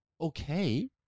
Okay